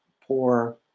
poor